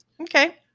Okay